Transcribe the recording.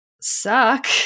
suck